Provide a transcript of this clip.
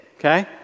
Okay